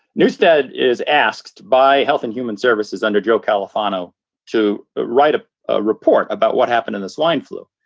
newstead is asked by health and human services under joe califano to write a ah report about what happened in the swine flu.